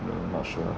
I'm not sure